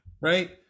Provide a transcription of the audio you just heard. right